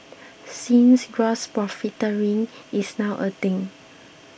since gross profiteering is now a thing